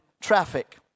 traffic